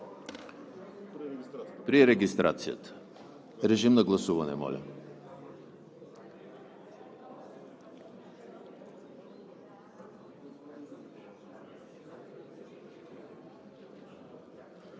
при регистрацията. Режим на гласуване, моля.